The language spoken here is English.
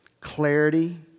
clarity